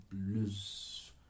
lose